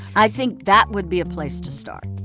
i think that would be a place to start